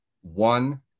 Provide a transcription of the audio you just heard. one